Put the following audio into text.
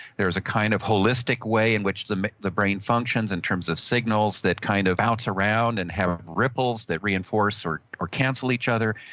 there's a kind of holistic way in which the the brain functions in terms of signals that kind of bounce around and have ripples that reinforce or or cancel each other.